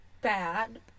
bad